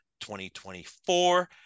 2024